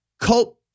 cult